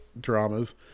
dramas